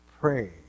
pray